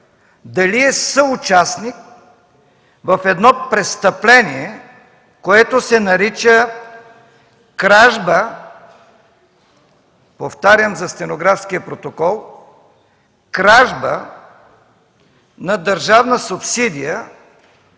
дали е съучастник в едно престъпление, което се нарича кражба. Повтарям за стенографския протокол: кражба на държавна субсидия,